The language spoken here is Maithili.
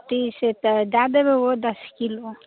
तीस रुपए दए देबै ओहो दस किलो